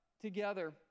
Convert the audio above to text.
together